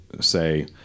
say